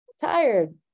tired